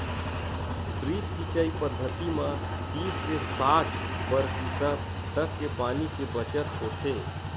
drip सिंचई पद्यति म तीस ले साठ परतिसत तक के पानी के बचत होथे